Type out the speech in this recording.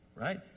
right